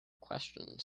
questions